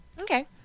okay